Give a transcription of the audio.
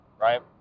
right